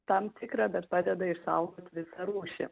tam tikrą bet padeda išsaugot visą rūšį